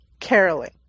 caroling